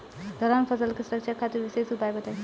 दलहन फसल के सुरक्षा खातिर विशेष उपाय बताई?